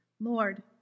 Lord